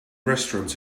restaurants